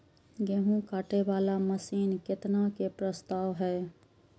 गेहूँ काटे वाला मशीन केतना के प्रस्ताव हय?